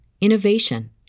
innovation